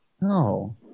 No